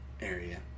area